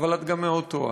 אבל את גם מאוד טועה.